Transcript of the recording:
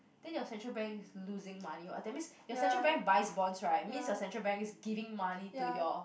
then your Central Bank is losing money what that's mean your Central Bank buys bonds right means your Central Bank is giving money to your